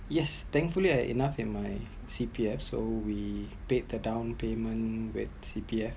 yes thankfully I enough in my CPF so we paid the down payment with CPF